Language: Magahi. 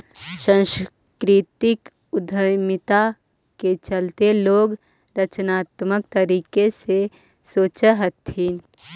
सांस्कृतिक उद्यमिता के चलते लोग रचनात्मक तरीके से सोचअ हथीन